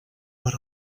per